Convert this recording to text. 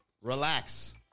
Relax